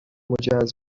مجهز